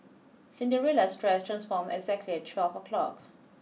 Cinderella's dress transformed exactly at twelve o'clock